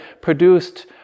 produced